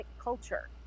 culture